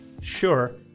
sure